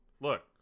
look